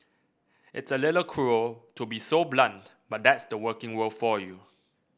it's a little cruel to be so blunt but that's the working world for you